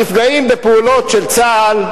נפגעים בפעולות של צה"ל,